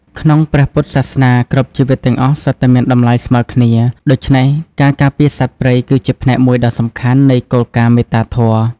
ក្នុងព្រះពុទ្ធសាសនា គ្រប់ជីវិតទាំងអស់សុទ្ធតែមានតម្លៃស្មើគ្នា ដូច្នេះការការពារសត្វព្រៃគឺជាផ្នែកមួយដ៏សំខាន់នៃគោលការណ៍មេត្តាធម៌។